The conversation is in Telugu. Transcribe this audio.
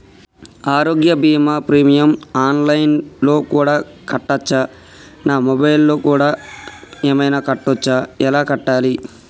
ఆరోగ్య బీమా ప్రీమియం ఆన్ లైన్ లో కూడా కట్టచ్చా? నా మొబైల్లో కూడా ఏమైనా కట్టొచ్చా? ఎలా కట్టాలి?